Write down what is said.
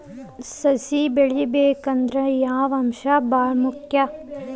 ಸಸಿ ಬೆಳಿಬೇಕಂದ್ರ ಯಾವ ಅಂಶ ಭಾಳ ಮುಖ್ಯ?